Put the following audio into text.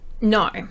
no